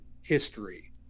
history